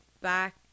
back